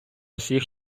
всіх